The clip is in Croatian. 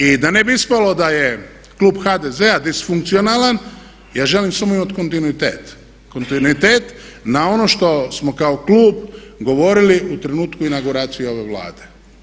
I da ne bi ispalo da je klub HDZ-a disfunkcionalan, ja želim samo imati kontinuitet, kontinuitet na ono što smo kao klub govorili u trenutku inauguracije ove Vlade.